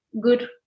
good